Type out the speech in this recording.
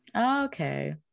okay